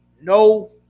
no